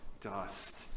dust